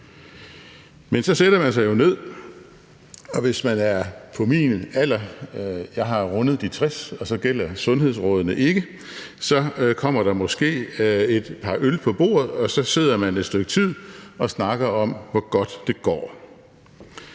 Men så sætter man sig jo ned, og hvis man er på min alder – jeg har rundet de 60, og så gælder sundhedsrådene ikke – så kommer der måske et par øl på bordet, og så sidder man et stykke tid og snakker om, hvor godt det går.